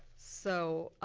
so